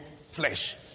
flesh